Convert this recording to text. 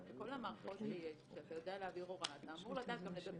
בכל המערכות שיש, כשאתה יודע להעביר הוראה, אתה